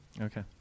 Okay